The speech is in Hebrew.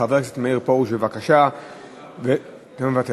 חבר הכנסת מאיר פרוש, בבקשה, מוותר.